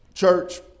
Church